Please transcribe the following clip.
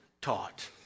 taught